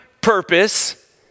purpose